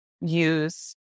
use